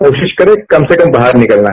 कोशिश करें कम से कम बाहर निकलना